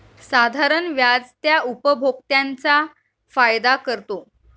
साधारण व्याज त्या उपभोक्त्यांचा फायदा करतो